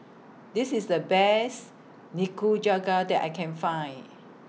This IS The Best Nikujaga that I Can Find